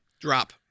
Drop